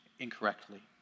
incorrectly